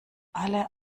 alle